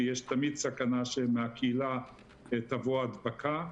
כי יש תמיד סכנה שמהקהילה תבוא הדבקה.